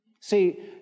See